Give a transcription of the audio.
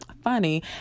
funny